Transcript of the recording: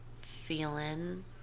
feeling